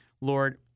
Lord—